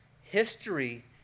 history